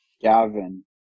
Gavin